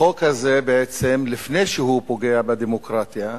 החוק הזה, בעצם, לפני שהוא פוגע בדמוקרטיה,